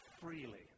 freely